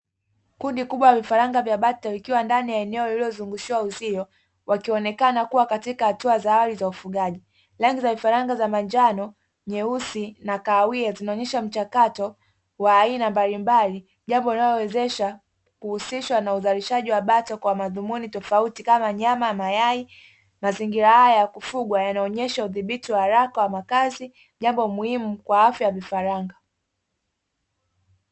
Kundi kubwa la vifaranga vya bata vikiwa ndani ya eneo lililozungushiwa uzio wakionekana kuwa katika hatua za awali za ufugaji, rangi za vifaranga za manjano, nyeusi, na kahawia zinaonyesha mchakato wa aina mbalimbali jambo linalowezesha kuhusishwa na uzalishaji wa bata kwa madhumuni tofauti kama nyama, mayai. Mazingira haya ya kufugwa yanaonyesha udhibiti wa haraka wa makazi jambo muhimu kwa afya ya vifaranga.